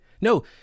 No